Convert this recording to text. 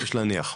יש להניח,